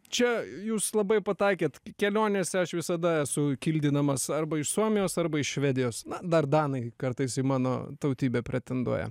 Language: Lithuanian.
čia jūs labai pataikėt kelionėse aš visada esu kildinamas arba iš suomijos arba iš švedijos na dar danai kartais į mano tautybę pretenduoja